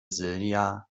silja